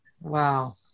Wow